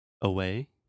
Away